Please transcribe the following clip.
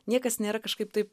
niekas nėra kažkaip taip